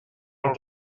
els